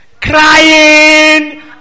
crying